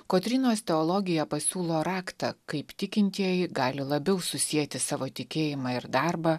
kotrynos teologija pasiūlo raktą kaip tikintieji gali labiau susieti savo tikėjimą ir darbą